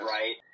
Right